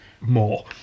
More